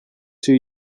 two